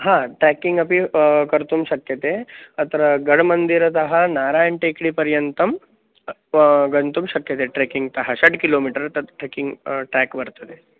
हा ट्रक्किङ्ग् अपि कर्तुं शक्यते अत्र गण् मन्दिरतः नारायण् टेक्डि पर्यन्तं गन्तुं शक्यते ट्रेकिङ्ग् तः षड् किलोमिटर् तद् ट्रकिङ्ग् ट्रेक् वर्तते